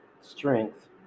strength